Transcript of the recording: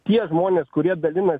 tie žmonės kurie dalinasi